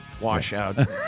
washout